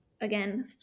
again